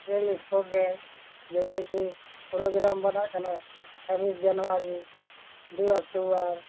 ᱠᱷᱮᱞ ᱥᱯᱳᱨᱴ ᱨᱮ ᱡᱮᱭᱥᱮ ᱠᱤ ᱯᱨᱳᱜᱨᱟᱢ ᱵᱟᱱᱟᱜ ᱠᱟᱱᱟ ᱪᱷᱟᱵᱵᱤᱥ ᱡᱟᱱᱩᱣᱟᱨᱤ ᱫᱩᱭ ᱚᱠᱴᱚᱵᱚᱨ